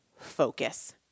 focus